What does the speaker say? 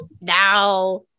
Now